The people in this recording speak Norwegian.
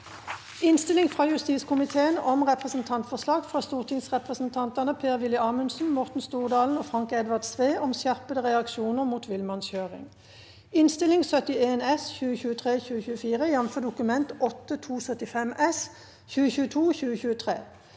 Innstilling fra justiskomiteen om Representantfor- slag fra stortingsrepresentantene Per-Willy Amundsen, Morten Stordalen og Frank Edvard Sve om skjerpede reaksjoner mot villmannskjøring (Innst. 71 S (2023– 2024), jf. Dokument 8:257 S (2022–2023))